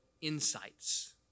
insights